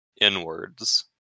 inwards